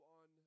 on